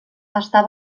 està